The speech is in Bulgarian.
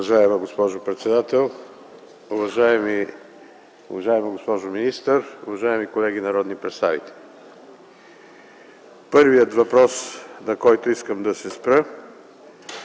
уважаема госпожо министър, уважаеми колеги народни представители! Първият въпрос, на който искам да се спра,